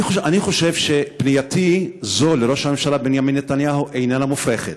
אני חושב שפנייתי זו לראש הממשלה בנימין נתניהו איננה מופרכת: